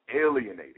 alienated